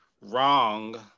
wrong